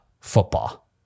football